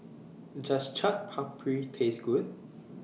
Does Chaat Papri Taste Good